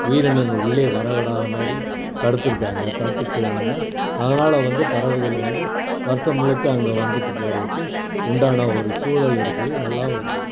உயிரினங்கள் உள்ளே வரவிடாத மாரி தடுத்துருக்காங்க தடுத்துருக்குறாங்க அதனால வந்து பறவைகள் வந்து வருடம் முழுக்க அங்க வந்துட்டு போகிறதுக்கு உண்டான ஒரு சூழல் இருக்குது நல்லாவும் இருக்குது